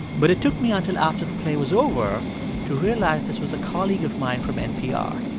but it took me until after the play was over to realize this was a colleague of mine from npr.